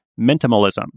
minimalism